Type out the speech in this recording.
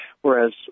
Whereas